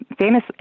famous